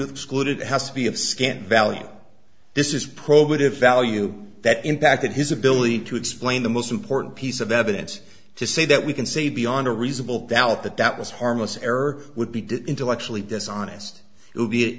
it has to be of scan value this is probative value that impacted his ability to explain the most important piece of evidence to say that we can see beyond a reasonable doubt that that was harmless error would be did intellectually dishonest will be